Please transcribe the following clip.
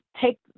take